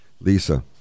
lisa